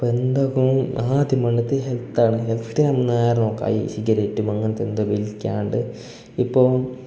ഇപ്പോൾ എന്താപ്പോ ആദ്യം വന്നത് ഹെൽത്താന്ന് ഹെൽത്ത് നന്നായ് നോക്കുക ഐ സിഗരറ്റ് അങ്ങനത്തെ എന്തോ വലിക്കാണ്ട് ഇപ്പോൾ